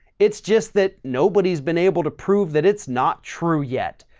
it's just that nobody's been able to prove that it's not true yet.